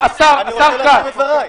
אדוני היושב-ראש, אני רוצה לנמק את ההסתייגות.